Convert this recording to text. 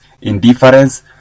indifference